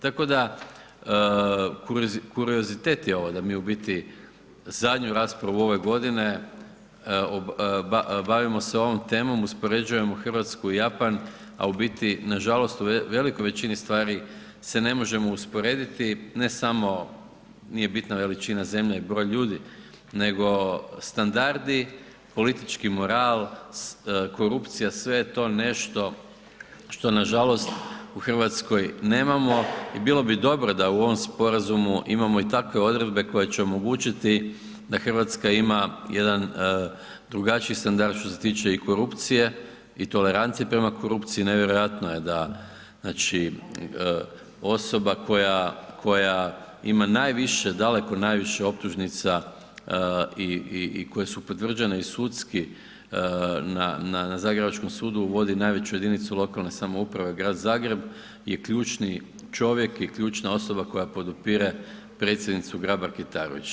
Tako da, kuriozitet je ovo, da mi u biti zadnju raspravu ove godine, bavimo se ovom temom, uspoređujemo Hrvatsku i Japan, a u biti nažalost u velikoj većini stvari se ne možemo usporediti, ne samo, nije bitna veličina zemlje i broj ljudi, nego standardi, politički moral, korupcija, sve je to nešto što nažalost u Hrvatskoj nemamo i bilo bi dobro da u ovom Sporazumu imamo i takve odredbe koje će omogućiti da Hrvatska ima jedan drugačiji standard što se tiče i korupcije i tolerancije prema korupciji, nevjerojatno je da znači osoba koja ima najviše, daleko najviše optužnica i koje su potvrđene i sudski na zagrebačkom sudu, vodi najveću jedinicu lokalne samouprave, Grad Zagreb, je ključni čovjek i ključna osoba koja podupire predsjednicu Grabar Kitarović.